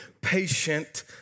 patient